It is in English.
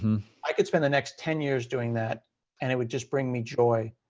i could spend the next ten years doing that and it would just bring me joy.